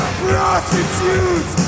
prostitutes